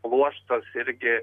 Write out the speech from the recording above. pluoštas irgi